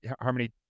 Harmony